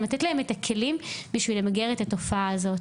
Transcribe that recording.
יש לתת להם כלים למיגור התופעה הזו.